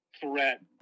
threat